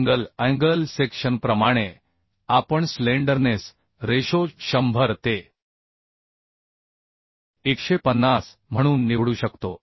single angle सेक्शनप्रमाणे आपण slenderness ratio 100 ते150 म्हणून निवडू शकतो